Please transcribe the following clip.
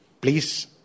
please